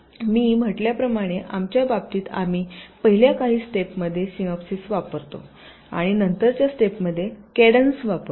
मी म्हटल्याप्रमाणे आमच्या बाबतीत आम्ही पहिल्या काही स्टेप मध्ये सिनोप्सीस वापरतो आणि नंतरच्या स्टेपमध्ये कॅडन्स वापरतो